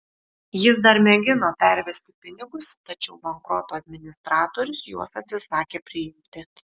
jis dar mėgino pervesti pinigus tačiau bankroto administratorius juos atsisakė priimti